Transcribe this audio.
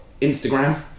Instagram